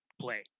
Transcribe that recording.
play